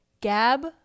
Gab